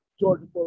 Georgia